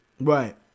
right